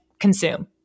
consume